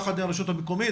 יחד עם הרשות המקומית.